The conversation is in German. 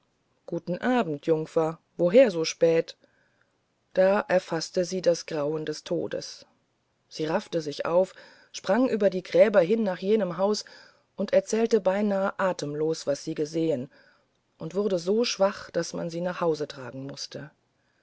guten abend jungfer woher so spät da erfaßte sie ein grauen des todes sie raffte sich auf sprang über die gräber hin nach jenem hause erzählte beinahe atemlos was sie gesehen und wurde so schwach daß man sie nach hause tragen mußte